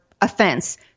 offense